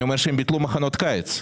אני אומר שהם ביטלו את מחנות הקיץ.